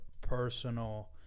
personal